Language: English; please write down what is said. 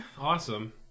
awesome